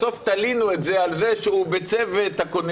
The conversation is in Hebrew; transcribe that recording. בסוף תלינו את זה על זה שהוא בצוות הכוננות.